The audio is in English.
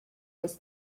was